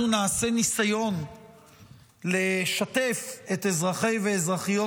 אנחנו נעשה ניסיון לשתף את אזרחי ואזרחיות